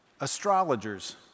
astrologers